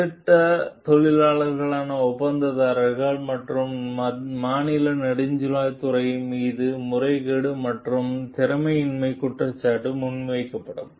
திட்ட பொறியாளர்களான ஒப்பந்ததாரர்கள் மற்றும் மாநில நெடுஞ்சாலை துறை மீது முறைகேடு மற்றும் திறமையின்மை குற்றச்சாட்டு முன்வைக்கப்படுகிறது